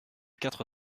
quatre